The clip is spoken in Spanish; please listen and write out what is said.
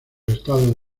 estados